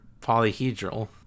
polyhedral